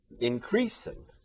increasing